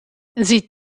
sie